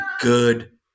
good